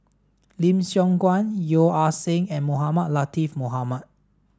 Lim Siong Guan Yeo Ah Seng and Mohamed Latiff Mohamed